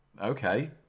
Okay